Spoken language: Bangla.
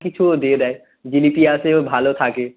কিছু দিয়ে দেয় জিলিপি আছে ভালো থাকে